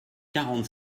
quarante